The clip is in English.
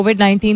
COVID-19